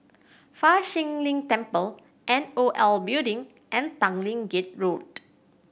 Fa Shi Lin Temple N O L Building and Tanglin Gate Road